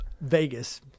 Vegas